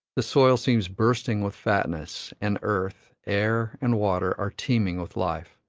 the soil seems bursting with fatness, and earth, air, and water are teeming with life.